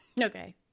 Okay